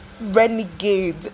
renegade